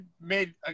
made